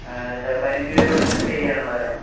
sir പതിനഞ്ച് പേരും ഇവിടെത്തന്നെ സ്റ്റേ ചെയ്യാൻ ഉള്ളവരാണോ